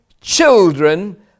Children